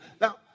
Now